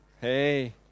hey